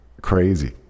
crazy